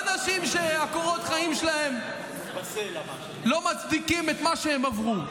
שקורות החיים שלהם לא מצדיקים את מה שהם עברו,